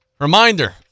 Reminder